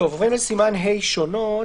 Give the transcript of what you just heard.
עוברים לסימן ה' - שונות.